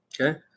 Okay